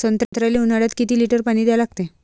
संत्र्याले ऊन्हाळ्यात रोज किती लीटर पानी द्या लागते?